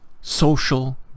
social